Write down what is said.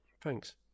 thanks